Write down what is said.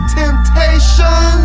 temptation